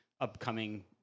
upcoming